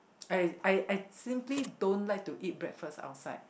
I I I simply don't like to eat breakfast outside